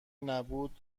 نبود